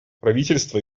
правительства